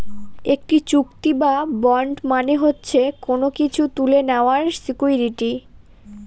একটি চুক্তি বা বন্ড মানে হচ্ছে কোনো কিছু তুলে নেওয়ার সিকুইরিটি